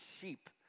sheep